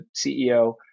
CEO